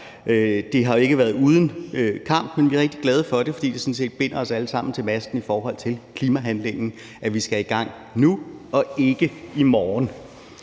Det har ikke været uden kamp, men vi er rigtig glade for det, fordi det sådan set binder os alle sammen til masten i forhold til klimahandlingen: at vi skal i gang nu og ikke i morgen.